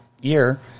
year